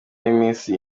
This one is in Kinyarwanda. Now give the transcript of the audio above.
y’iminsi